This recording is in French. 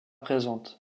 présente